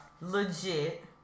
Legit